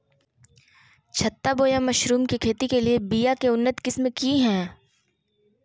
छत्ता बोया मशरूम के खेती के लिए बिया के उन्नत किस्म की हैं?